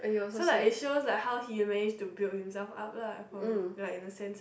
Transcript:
so like it shows like how he manage to build up himself up lah from like that sense